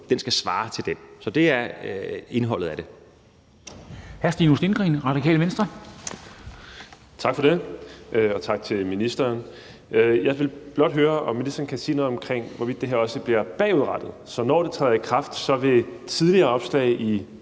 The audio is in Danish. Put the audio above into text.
nu, skal svare til den. Så det er indholdet af det.